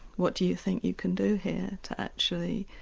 what do you think you can do here to actually